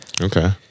okay